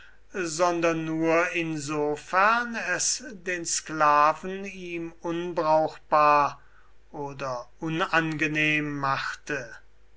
sondern nur insofern es den sklaven ihm unbrauchbar oder unangenehm machte